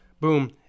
Boom